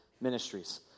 Ministries